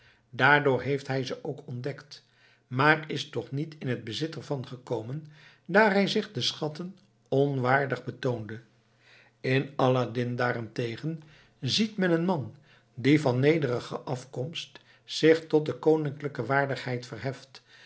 daardoor heeft hij ze ook ontdekt maar is toch niet in het bezit ervan gekomen daar hij zich de schatten onwaardig betoonde in aladdin daarentegen ziet men een man die van nederige afkomst zich tot de koninklijke waardigheid verheft